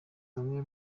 bamwe